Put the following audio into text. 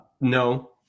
No